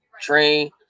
train